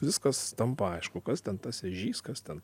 viskas tampa aišku kas ten tas ežys kas ten